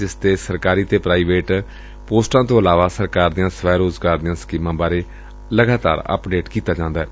ਜਿਸ ਤੇ ਸਰਕਾਰੀ ਅਤੇ ਪ੍ਰਾਈਵੇਟ ਅਸਾਮੀਆਂ ਤੋਂ ਇਲਾਵਾ ਸਰਕਾਰ ਦੀਆਂ ਸਵੈ ਰੋਜ਼ਗਾਰ ਦੀਆਂ ਸਕੀਮਾਂ ਬਾਰੇ ਲਗਾਤਾਰ ਅਪਡੇਟ ਕੀਤਾ ਜਾਂਦੈ